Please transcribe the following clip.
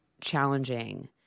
challenging